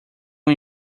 uma